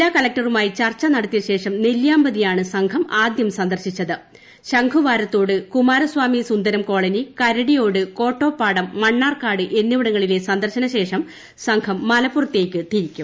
ജില്ലാ കലക്ടറുമായി നെല്ലി്യാമ്പതിയാണ് സംഘം ആദ്യം സന്ദർശിച്ചത് ശംഖുവാരത്തോട് കുമാരസ്വാമി സുന്ദരംകോളനി കരടിയോട് കോട്ടോപ്പാടം മണ്ണാർക്കാട് എന്നിവിടങ്ങളിലെ സന്ദർശനശേഷം സംഘം മലപ്പുറത്തേയ്ക്ക് തിരിക്കും